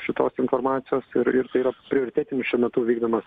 šitos informacijos ir ir tai yra prioritetinis šiuo metu vykdomas